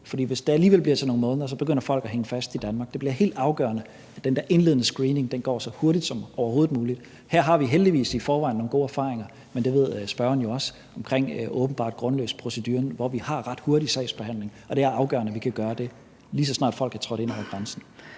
hvis det alligevel bliver til nogle måneder, så begynder folk at hænge fast i Danmark. Det bliver helt afgørende, at den der indledende screening går så hurtigt som overhovedet muligt. Her har vi heldigvis i forvejen nogle gode erfaringer – men det ved spørgeren jo også – med åbenbart grundløs-proceduren, hvor vi har en ret hurtig sagsbehandling, og det er afgørende, at vi kan gøre det, lige så snart folk er trådt ind over grænsen.